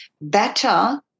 better